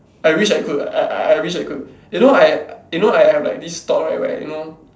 I wish I could ah I I I wish I could you know I you know I have like this thought right where you know